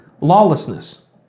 lawlessness